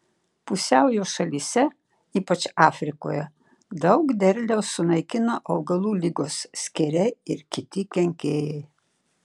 pusiaujo šalyse ypač afrikoje daug derliaus sunaikina augalų ligos skėriai ir kiti kenkėjai